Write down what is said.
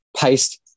paste